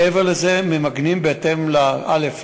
מעבר לזה, ממגנים בהתאם, א.